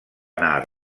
anar